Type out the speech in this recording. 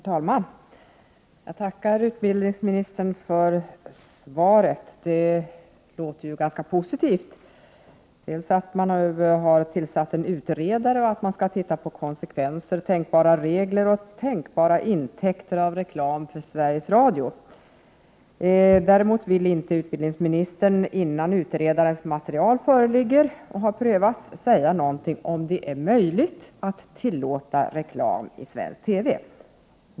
Herr talman! Jag tackar utbildningsministern för svaret. Det låter ganska positivt. Man har ju tillsatt en utredare och skall se över konsekvenser och tänkbara regler samt tänkbara intäkter av reklam för Sveriges Radio AB. Innan utredarens material föreligger och har prövats vill emellertid utbildningsministern inte säga någonting om det är möjligt att tillåta reklam i svensk TV.